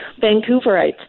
Vancouverites